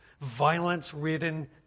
violence-ridden